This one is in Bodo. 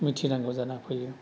मिथिनांगौ जाना फैयो